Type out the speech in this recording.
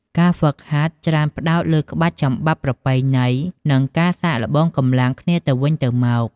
ការហ្វឹកហាត់ច្រើនផ្ដោតលើក្បាច់ចំបាប់ប្រពៃណី និងការសាកល្បងកម្លាំងគ្នាទៅវិញទៅមក។